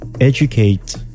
educate